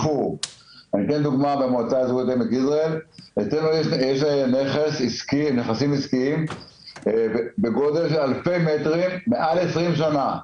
יש אצלנו נכסים עסקיים נטושים בגודל של אלפי מטרים כבר מעל 20 שנה.